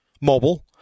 mobile